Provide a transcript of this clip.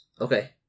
Okay